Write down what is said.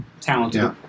talented